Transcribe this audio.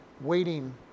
waiting